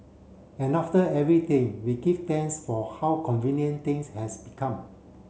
and after everything we give thanks for how convenient things have become